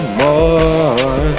more